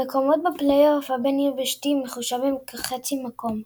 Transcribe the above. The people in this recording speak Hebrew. המקומות בפלייאוף הבין-יבשתי מחושבים כחצי מקום.